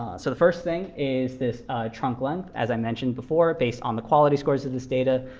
so the first thing is this trunclen. as i mentioned before, based on the quality scores of this data,